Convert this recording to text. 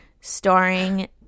starring